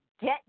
get